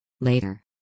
Later